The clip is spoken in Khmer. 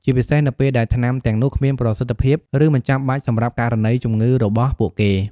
ជាពិសេសនៅពេលដែលថ្នាំទាំងនោះគ្មានប្រសិទ្ធភាព ឬមិនចាំបាច់សម្រាប់ករណីជំងឺរបស់ពួកគេ។